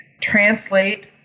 translate